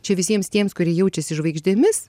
čia visiems tiems kurie jaučiasi žvaigždėmis